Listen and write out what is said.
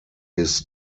his